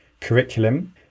curriculum